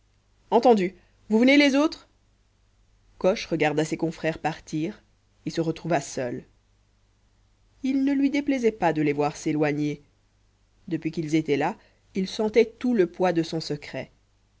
entendu vous venez les autres coche regarda ses confrères partir et se retrouva seul il ne lui déplaisait pas de les voir s'éloigner depuis qu'ils étaient là il sentait tout le poids de son secret